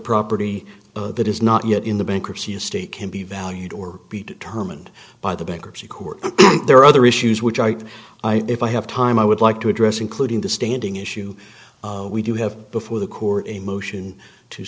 property that is not yet in the bankruptcy estate can be valued or be determined by the bankruptcy court there are other issues which i i if i have time i would like to address including the standing issue we do have before the court a motion to